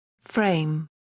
Frame